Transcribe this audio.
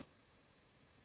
Grazie,